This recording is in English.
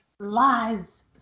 Lies